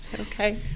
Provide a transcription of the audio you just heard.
Okay